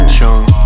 Chung